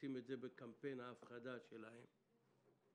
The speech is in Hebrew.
לשים את זה בקמפיין ההפחדה שלהן,